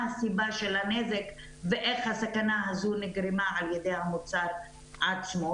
סיבת הנזק ואיך הסכנה הזו נגרמה על ידי המוצר עצמו,